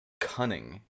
cunning